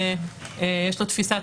יש לו תפיסת